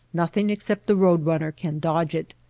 nothing except the road-runner can dodge it.